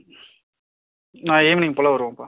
நான் ஈவினிங் போல் வருவேன்பா